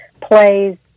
plays